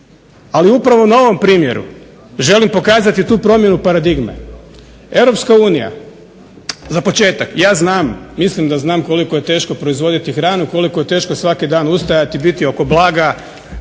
Ali upravo na ovom primjeru želim pokazati tu promjenu paradigme. Europska unija za početak ja znam, mislim da znam koliko je teško proizvoditi hranu, koliko je teško svaki dan ustajati, biti oko blaga,